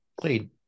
played